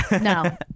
No